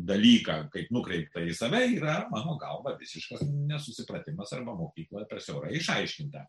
dalyką kaip nukreiptą į save yra mano galva visiškas nesusipratimas arba mokykla per siaurai išaiškinta